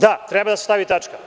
Da, treba da se stavi tačka.